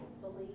Believe